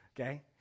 okay